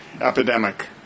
epidemic